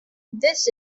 this